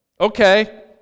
Okay